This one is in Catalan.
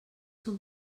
són